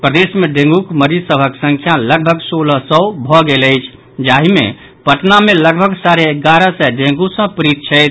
प्रदेश मे डेंगूक मरीज सभक संख्या लगभग सोलह सौ भऽ गेल अछि जाहि मे पटना मे लगभग साढ़े एगारह सय डेंगू सॅ पीड़ित छथि